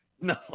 No